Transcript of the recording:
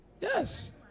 Yes